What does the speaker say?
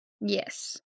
Yes